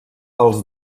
als